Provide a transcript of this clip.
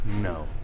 No